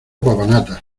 papanatas